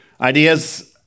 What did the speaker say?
Ideas